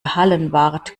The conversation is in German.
hallenwart